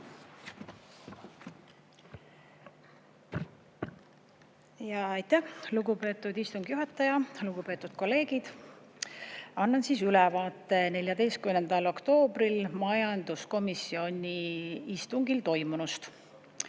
Aitäh, lugupeetud istungi juhataja! Lugupeetud kolleegid! Annan ülevaate 14. oktoobril majanduskomisjoni istungil toimunust,